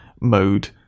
mode